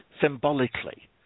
symbolically